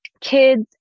kids